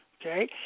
Okay